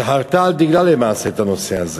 שחרתה על דגלה למעשה את הנושא הזה.